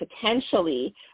potentially